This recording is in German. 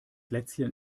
lätzchen